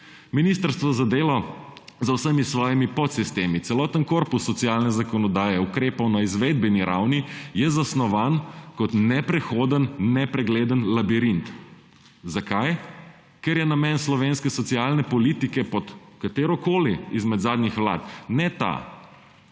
Ministrstvo za delo z vsemi svojimi podsistemi, celoten korpus socialne zakonodaje, ukrepov je na izvedbeni ravni zasnovan kot neprehoden, nepregleden labirint. Zakaj? Ker je namen slovenske socialne politike – pod katerokoli izmed zadnjih vlad – ne ta,